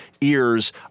ears